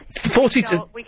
Forty-two